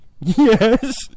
yes